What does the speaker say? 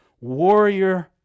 warrior